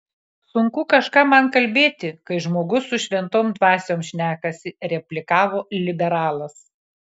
sunku kažką man kalbėti kai žmogus su šventom dvasiom šnekasi replikavo liberalas